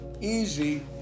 easy